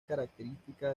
característica